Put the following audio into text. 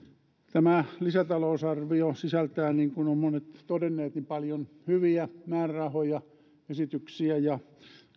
tämä lisätalousarvio sisältää niin kuin monet ovat todenneet paljon hyviä määrärahoja ja esityksiä ja